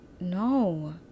No